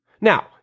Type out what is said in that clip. Now